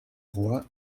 roi